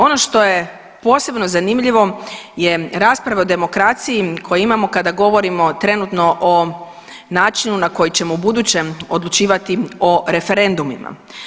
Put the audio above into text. Ono što je posebno zanimljivo je rasprava o demokraciji koji imamo kada govorimo trenutno o načinu na koji ćemo u budućem odlučivati o referendumima.